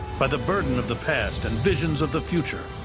by the burden of the past and visions of the future,